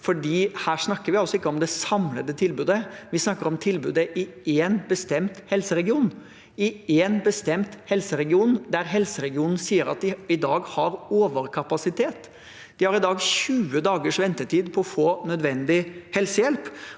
her snakker vi altså ikke om det samlede tilbudet. Vi snakker om tilbudet i en bestemt helseregion, i en bestemt helseregion hvor helseregionen sier at de i dag har overkapasitet. De har i dag tjue dagers ventetid på nødvendig helsehjelp.